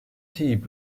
tnt